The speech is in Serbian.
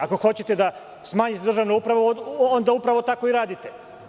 Ako hoćete da smanjite državnu upravu, onda upravo tako i radite.